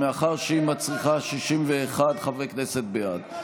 מאחר שהיא מצריכה 61 חברי כנסת בעד.